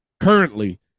currently